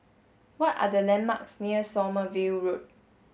what are the landmarks near Sommerville Road